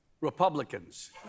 Republicans